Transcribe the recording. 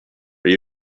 are